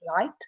light